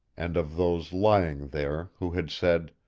and of those lying there who had said